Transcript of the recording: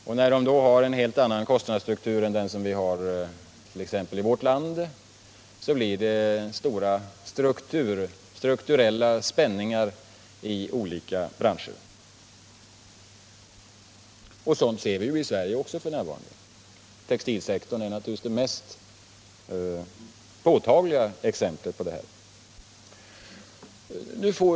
När de dessutom har en helt annan kostnadsstruktur än vad exempelvis vi har i vårt land, blir det stora struk turella spänningar i olika branscher. Sådant ser vi ju i Sverige också f.n. Textilsektorn är naturligtvis det mest påtagliga exemplet härpå.